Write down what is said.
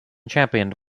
championed